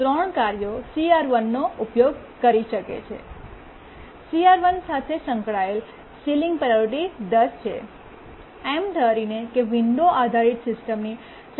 અને ત્રણ કાર્યો CR1 નો ઉપયોગ કરી શકે છે CR1 સાથે સંકળાયેલ સીલીંગ પ્રાયોરિટી 10 છે એમ ધારીને કે વિન્ડો આધારિત સિસ્ટમની સૌથી વધુ અગ્રતા 10 છે